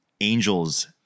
Angels